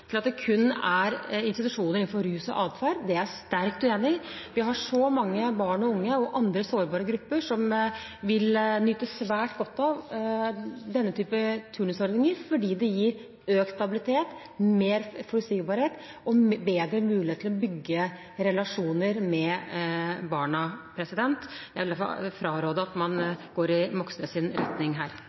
til at det kun er institusjoner innenfor rus og atferd. Det er jeg sterkt uenig i. Vi har så mange barn og unge og andre sårbare grupper som vil nyte svært godt av denne typen turnusordninger, fordi det gir økt stabilitet, mer forutsigbarhet og bedre muligheter til å bygge relasjoner med barna. Jeg vil fraråde at man går i Moxnes’ retning her.